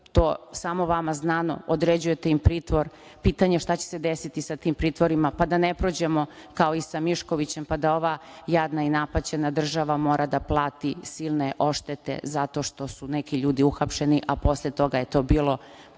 to samo vama znano određujete im pritvor, ali pitanje je šta će se desiti sa tim pritvorima, pa da ne prođemo kao i sa Miškovićem, pa da ova jadna i napaćena država mora da plati silne oštete zato što su neki ljudi uhapšeni, a posle toga je to bilo,